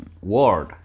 word